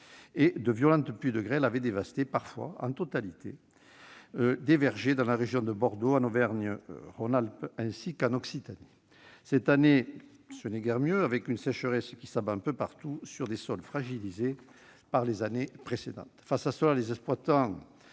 et de violentes averses de grêle avaient dévasté, parfois en totalité, des vergers dans la région de Bordeaux, en Auvergne-Rhône-Alpes, ainsi qu'en Occitanie. Cette année, ce n'est guère mieux : une sécheresse s'abat un peu partout sur des sols fragilisés par les épisodes des années précédentes. Face à cette situation, les exploitants